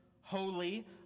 holy